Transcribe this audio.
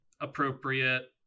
appropriate